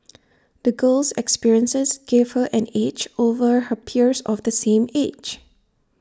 the girl's experiences gave her an edge over her peers of the same age